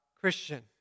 Christian